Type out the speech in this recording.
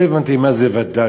לא הבנתי מה זה וד"לים,